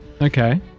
Okay